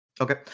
okay